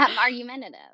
argumentative